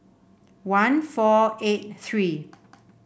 one four eight three